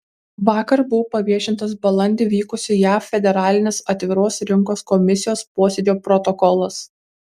vakar buvo paviešintas balandį vykusio jav federalinės atviros rinkos komisijos posėdžio protokolas